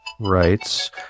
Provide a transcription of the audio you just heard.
writes